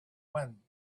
wind